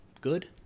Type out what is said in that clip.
good